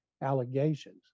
allegations